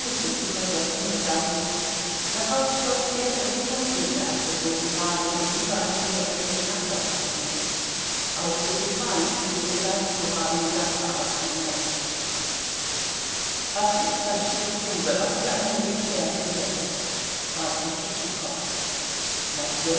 zu versetzen begann daraus schloß er daß sie vom wege abgebogen waren und über einen geeggten acker fuhren auch sselifan schien es gemerkt zu haben sagte aber kein wort was ist das spitzbube was für einen weg fährst du jetzt fragte tschitschikow was